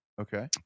Okay